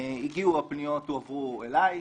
הפניות הועברו אלי,